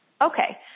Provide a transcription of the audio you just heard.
Okay